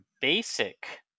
basic